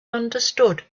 understood